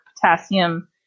potassium